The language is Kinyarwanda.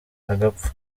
agapfa